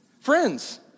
Friends